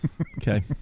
okay